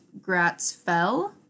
Gratzfell